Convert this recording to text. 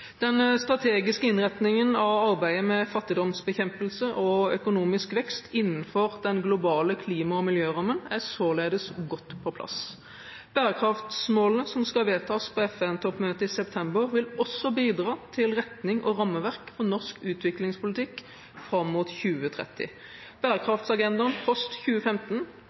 Den strategiske innretningen av arbeidet med fattigdomsbekjempelse og økonomisk vekst innenfor den globale klima- og miljørammen er således godt på plass. Bærekraftsmålene som skal vedtas på FN-toppmøtet i september, vil også bidra til retning og rammeverk for norsk utviklingspolitikk fram mot 2030.